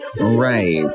right